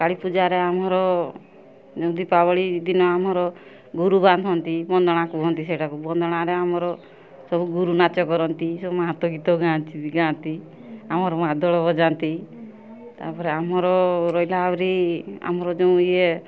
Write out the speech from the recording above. କାଳିପୂଜାରେ ଆମର ଦୀପାବଳି ଦିନ ଆମର ଗୁରୁ ବାନ୍ଧନ୍ତି ବନ୍ଦଣା କୁହନ୍ତି ସେଇଟାକୁ ବନ୍ଦଣାରେ ଆମର ସବୁ ଗୁରୁ ନାଚ କରନ୍ତି ସବୁ ମାହନ୍ତ ଗୀତ ଗାଆନ୍ତି ଗାଆନ୍ତି ଆମର ମାଦଳ ବଜାନ୍ତି ତା'ପରେ ଆମର ରହିଲା ଆହୁରି ଆମର ଯେଉଁ ଇଏ